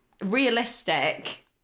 realistic